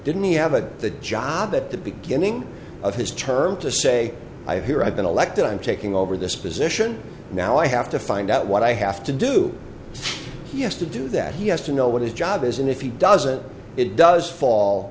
didn't he have a the job at the beginning of his term to say i have here i've been elected i'm taking over this position now i have to find out what i have to do he has to do that he has to know what his job is and if he doesn't it does fall